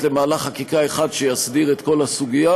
למהלך חקיקה אחד שיסדיר את כל הסוגיה.